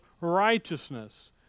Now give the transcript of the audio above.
righteousness